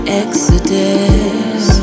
exodus